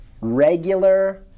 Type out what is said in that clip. Regular